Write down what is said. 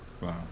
Wow